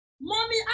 Mommy